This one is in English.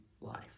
life